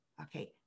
Okay